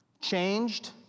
Changed